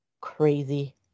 crazy